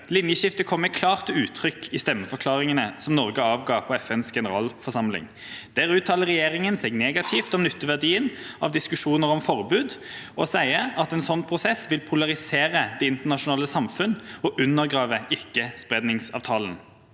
Linjeskiftet kommer klart til uttrykk i stemmeforklaringene som Norge avga på FNs generalforsamling. Der uttaler regjeringa seg negativt om nytteverdien av diskusjoner om forbud og sier at en slik prosess vil «polarisere det internasjonale samfunn» og «undergrave Ikkespredningsavtalen».